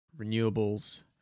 renewables